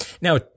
Now